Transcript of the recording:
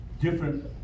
different